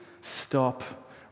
stop